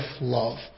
love